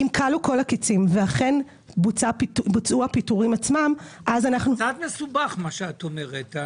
אם כלו כל הקצין ואכן בוצעו הפיטורים עצמם -- קצת מסובך מה שאת אומרת.